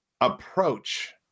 approach